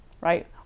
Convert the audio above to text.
right